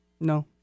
no